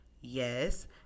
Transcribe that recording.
Yes